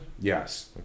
Yes